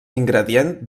ingredient